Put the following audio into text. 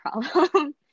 problem